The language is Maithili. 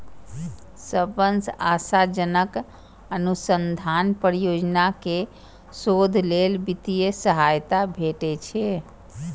सबसं आशाजनक अनुसंधान परियोजना कें शोध लेल वित्तीय सहायता भेटै छै